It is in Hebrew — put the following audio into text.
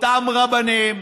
אותם רבנים,